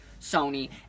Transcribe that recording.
Sony